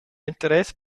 interess